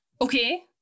Okay